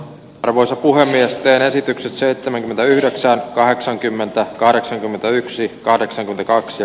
arvoisa puhemiestään esityksen seitsemänkymmentäyhdeksän kahdeksankymmentä kahdeksankymmentäyksi kahdeksan kaksi